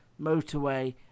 motorway